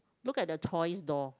look at the toys door